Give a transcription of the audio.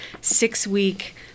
six-week